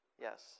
Yes